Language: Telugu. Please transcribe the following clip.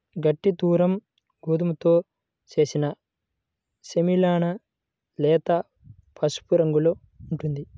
గట్టి దురుమ్ గోధుమతో చేసిన సెమోలినా లేత పసుపు రంగులో ఉంటుంది